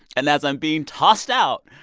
and as i'm being tossed out,